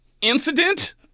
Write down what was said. incident